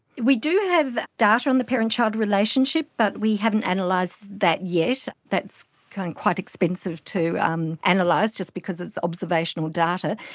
we do have data on the parent-child relationship but we haven't analysed that yet, that's kind of quite expensive to analyse um and like just because it's observational data.